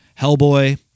Hellboy